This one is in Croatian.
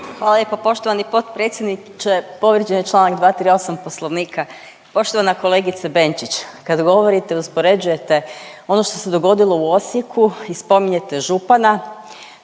Hvala lijepo poštovani potpredsjedniče. Povrijeđen je čl. 238. Poslovnika. Poštovana kolegice Benčić, kad govorite i uspoređujete ono što se dogodilo u Osijeku i spominjete župana